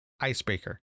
Icebreaker